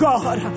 God